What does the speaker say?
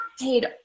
paid